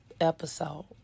episode